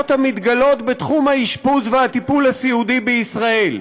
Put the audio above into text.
המתגלות בתחום האשפוז והטיפול הסיעודי בישראל.